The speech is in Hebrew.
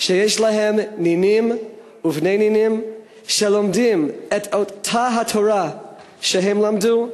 שיש להם נינים ובני נינים שלומדים את אותה תורה שהם למדו,